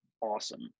awesome